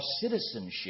citizenship